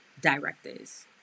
directors